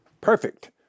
perfect